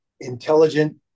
intelligent